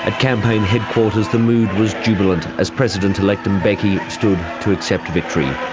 ah campaign headquarters the mood was jubilant as president elect mbeki stood to accept victory,